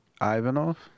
Ivanov